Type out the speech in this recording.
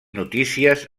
notícies